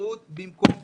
זהירות במקום פחד.